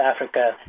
Africa